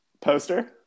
Poster